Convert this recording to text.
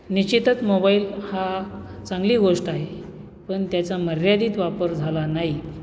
निश्चितच मोबाईल हा चांगली गोष्ट आहे पण त्याचा मर्यादित वापर झाला नाही